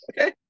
Okay